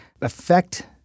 affect